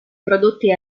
prodotti